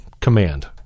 command